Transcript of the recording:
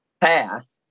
path